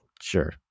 Sure